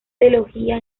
teología